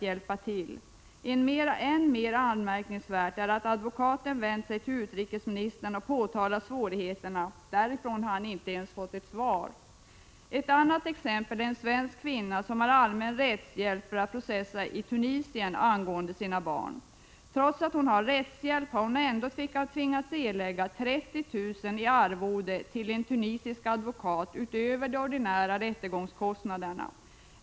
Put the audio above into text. Än mer anmärkningsvärt är att advokaten har vänt sig till utrikesministern och påtalat svårigheterna. Därifrån har han inte ens fått ett svar. Ett annat exempel är en svensk kvinna, som har allmän rättshjälp för att processa i Tunisien angående sina barn. Trots att hon får rättshjälp, har hon tvingats erlägga 30 000 kr. i arvoden till en tunisisk advokat, utöver de ordinära rättegångskostnaderna.